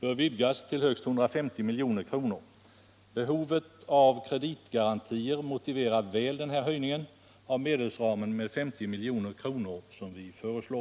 bör vidgas till högst 150 — Anslag till företagamilj.kr. Behovet av kreditgarantier motiverar väl den vidgning av me = reföreningarna, delsramen med 50 milj.kr. som vi föreslår.